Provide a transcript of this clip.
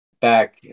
back